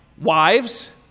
wives